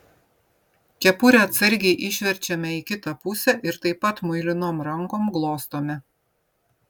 kepurę atsargiai išverčiame į kitą pusę ir taip pat muilinom rankom glostome